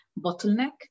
bottleneck